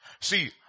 See